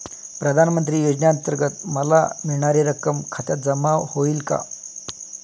प्रधानमंत्री योजनेअंतर्गत मला मिळणारी रक्कम खात्यात जमा होईल का?